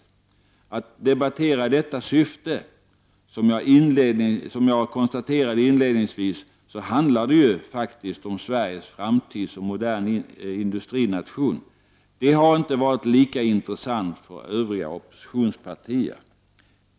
13 juni 1990 Att debattera detta syfte — som jag konstaterade inledningsvis handlar det ju om Sveriges framtid som modern industrination — har inte varit lika intressant för övriga oppositionspartier.